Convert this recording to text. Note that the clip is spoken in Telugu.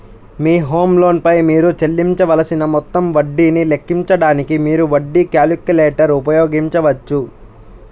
మీ హోమ్ లోన్ పై మీరు చెల్లించవలసిన మొత్తం వడ్డీని లెక్కించడానికి, మీరు వడ్డీ క్యాలిక్యులేటర్ ఉపయోగించవచ్చు